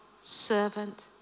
servant